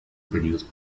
produced